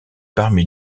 parmi